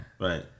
Right